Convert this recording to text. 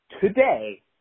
today